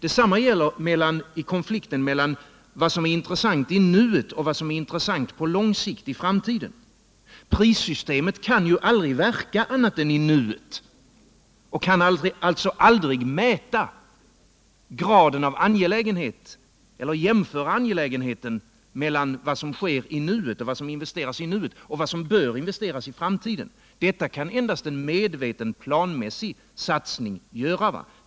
Detsamma gäller konflikten mellan vad som är intressant nu och vad som är intressant i framtiden. Prissystemet kan aldrig verka annat än i nuet, och man kan alltså aldrig jämföra vad som investeras i nuet med vad som bör investeras för framtiden. Detta kan endast ske genom en medveten, planmässig satsning.